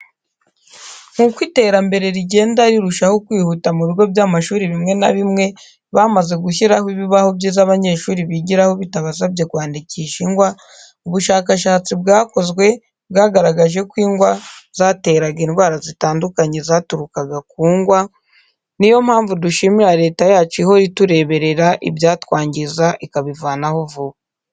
Nk'uko iterambere rigenda rirushaho kwihuta mu bigo by'amashuri bimwe na bimwe bamaze gushyiramo ibibaho byiza abanyeshuru bigiraho bitabasabye kwandikisha ingwa, ubushakashatsi bwakozwe bwagaragaje ko ingwa zateraga indwara zitandukanye zaturukaga ku ngwa, ni yo mpamvu dushimira leta yacu ihora itureberera ibyatwangiza ikabivanaho vuba.